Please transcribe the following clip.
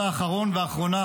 עד האחרון והאחרונה,